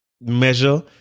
measure